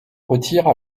retire